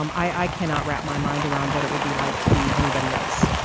um i i cannot wrap my mind around what it would be like to be anybody else,